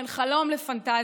בין חלום לפנטזיה: